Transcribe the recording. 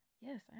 yes